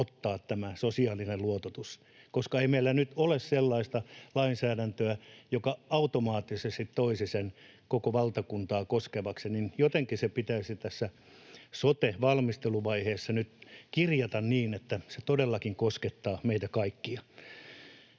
ottaa tämä sosiaalinen luototus. Koska meillä ei nyt ole sellaista lainsäädäntöä, joka automaattisesti toisi sen koko valtakuntaa koskevaksi, niin jotenkin se pitäisi tässä sote-valmisteluvaiheessa nyt kirjata niin, että se todellakin koskettaa meitä kaikkia.